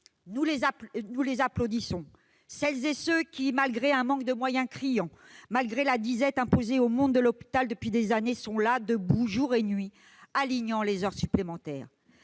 nous les applaudissons, celles et ceux qui, malgré un manque de moyens criant, malgré la disette imposée au monde de l'hôpital depuis des années, sont là, debout, jour et nuit, alignant les heures supplémentaires.